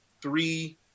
three